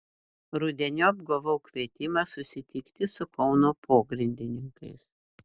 rudeniop gavau kvietimą susitikti su kauno pogrindininkais